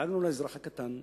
דאגנו לאזרח הקטן.